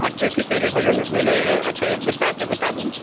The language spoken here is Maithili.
आ की की चोरी भेलै हँ अच्छा से बताबु